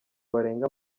barenga